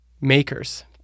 makers